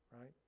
Right